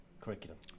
curriculum